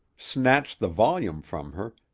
snatched the volume from her,